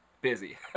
busy